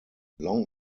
long